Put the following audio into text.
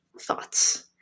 thoughts